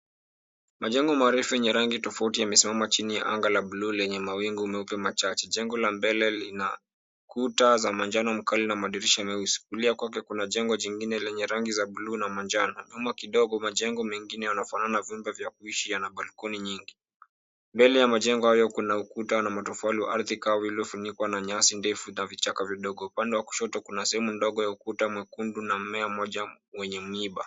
Majengo marefu yenye rangi tofauti yamesimama chini ya anga la bluu lenye mawingu meupe machache. Jengo la mbele lina kuta za manjano mkali na madirisha meusi. kulia kwake kuna jengo jingine lenye rangi za bluu na manjano. Nyuma kidogo majengo mengine yanafanana vyumba vya kuishi yana balcony nyingi. Mbele ya majengo hayo kuna ukuta na matofali wa ardhi kavu iliyofunikwa na nyasi ndefu na vichaka vidogo. Upande wa kushoto kuna sehemu ndogo ya ukuta mwekundu na mmea mmoja mwenye miba.